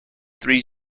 three